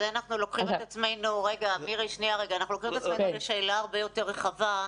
בזה אנחנו לוקחים את עצמנו לשאלה הרבה יותר רחבה,